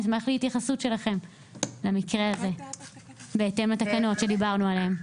אשמח להתייחסות שלכם למקרה הזה בהתאם לתקנות שדיברנו עליהם.